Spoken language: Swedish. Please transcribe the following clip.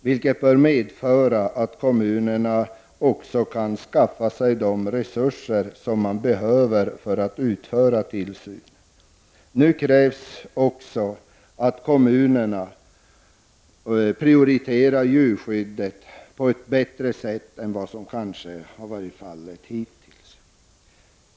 Det bör medföra att kommunerna också kan skaffa sig de resurser som behövs för att utöva tillsyn. Nu krävs också att kommunerna prioriterar djurskyddet på ett bättre sätt än som kanske varit fallet hittills.